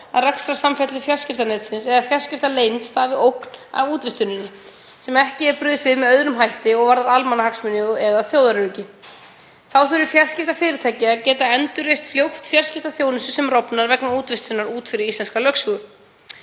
að rekstrarsamfellu fjarskiptanetsins eða fjarskiptaleynd stafi ógn af útvistuninni, sem ekki er brugðist við með öðrum hætti og varðar almannahagsmuni eða þjóðaröryggi. Þá þarf fjarskiptafyrirtæki að geta endurreist fljótt fjarskiptaþjónustu sem rofnar vegna útvistunar út fyrir íslenska lögsögu.